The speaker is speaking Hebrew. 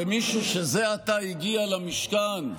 במישהו שזה עתה הגיע למשכן,